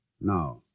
Now